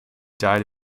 died